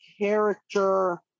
character